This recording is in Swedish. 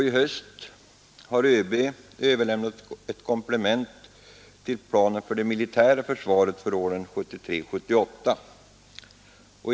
I höst har ÖB överlämnat ett komplement till planen för det militära försvaret för åren 1973 till 1978.